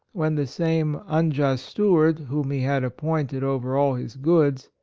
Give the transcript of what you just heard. when the same unjust steward, whom he had appointed over all his goods,